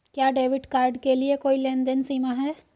क्या debit card के लिए कोई लेनदेन सीमा है?